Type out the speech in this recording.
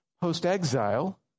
post-exile